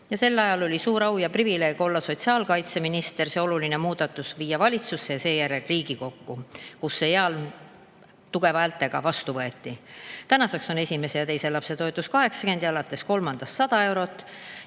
Sel ajal oli mul suur au ja privileeg olla sotsiaalkaitseminister, see oluline muudatus viia valitsusse ja seejärel Riigikokku, kus see tugeva toetusega vastu võeti. Tänaseks on esimese ja teise lapse toetus 80 ja alates kolmandast 100 eurot.